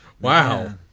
Wow